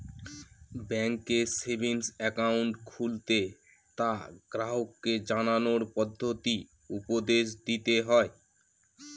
ব্যাঙ্কে savings account খুললে তা গ্রাহককে জানানোর পদ্ধতি উপদেশ দিতে হয়